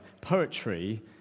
poetry